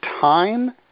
Time